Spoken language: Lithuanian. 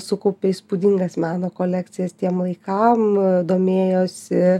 sukaupė įspūdingas meno kolekcijas tiem laikam domėjosi